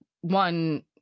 one